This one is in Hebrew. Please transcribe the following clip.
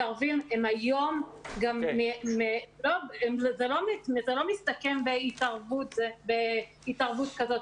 היום זה לא מסתכם בהתערבות כזאת,